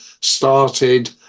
started